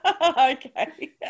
Okay